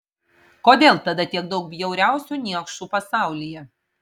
kodėl tada tiek daug bjauriausių niekšų pasaulyje